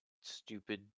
stupid